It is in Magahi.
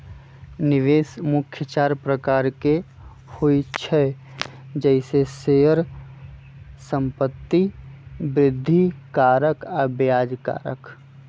निवेश मुख्य चार प्रकार के होइ छइ जइसे शेयर, संपत्ति, वृद्धि कारक आऽ ब्याज कारक